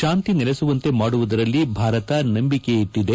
ಶಾಂತಿ ನೆಲೆಸುವಂತೆ ಮಾಡುವುದರಲ್ಲಿ ಭಾರತ ನಂಬಿಕೆ ಇಟ್ಟದೆ